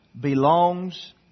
belongs